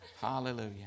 Hallelujah